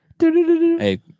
hey